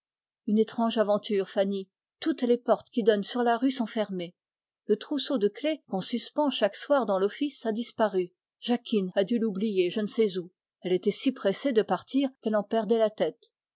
une étrange aventure fanny toutes les portes qui donnent sur la rue sont fermées le trousseau de clefs qu'on suspend chaque soir dans l'office a disparu jacquine a dû l'oublier je ne sais où elle était si pressée de partir qu'elle en perdait la tête